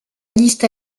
liste